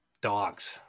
dogs